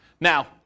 Now